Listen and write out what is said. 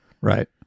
Right